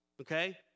okay